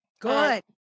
Good